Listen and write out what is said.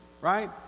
right